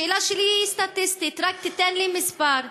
השאלה שלי היא סטטיסטית, רק תיתן לי מספר,